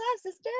sister